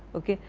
ok.